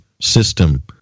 system